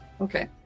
Okay